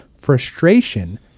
frustration